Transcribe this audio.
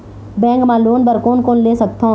Bank मा loan बर कोन कोन ले सकथों?